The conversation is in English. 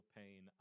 pain